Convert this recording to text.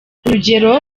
urugero